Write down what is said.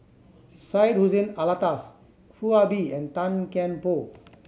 Syed Hussein Alatas Foo Ah Bee and Tan Kian Por